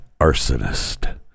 arsonist